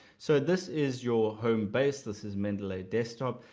so this is your home base, this is mendeley desktop.